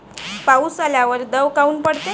पाऊस आल्यावर दव काऊन पडते?